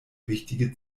wichtige